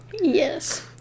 Yes